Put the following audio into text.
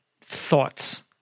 thoughts